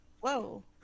Whoa